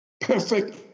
Perfect